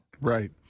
Right